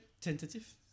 tentative